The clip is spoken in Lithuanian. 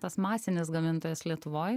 tas masinis gamintojas lietuvoj